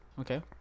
Okay